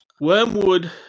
Wormwood